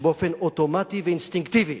שבאופן אוטומטי ואינסטינקטיבי